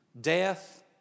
death